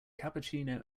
cappuccino